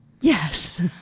Yes